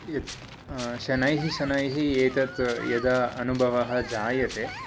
यत् शनैः शनैः एतत् यदा अनुभवः जायते